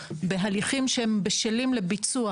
בהליכים שהם בשלים לביצוע,